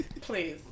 Please